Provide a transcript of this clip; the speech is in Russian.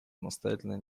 настоятельно